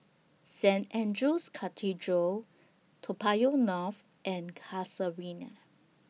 Saint Andrew's Cathedral Toa Payoh North and Casuarina